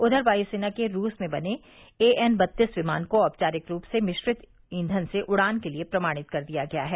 उधर वायु सेना के रूस में बने एएन बत्तीस विमान को औपचारिक रूप से मिश्रित ईंधन से उड़ान के लिए प्रमाणित कर दिया गया है